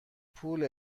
پول